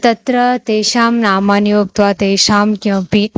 तत्र तेषां नामानि उक्त्वा तेषां किमपि